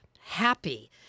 happy